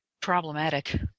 problematic